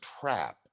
trap